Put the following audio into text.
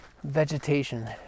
vegetation